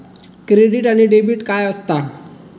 Credit आणि debit काय असता?